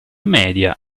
media